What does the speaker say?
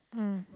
mm